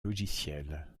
logiciels